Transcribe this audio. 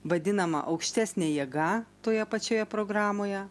vadinama aukštesnė jėga toje pačioje programoje